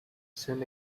set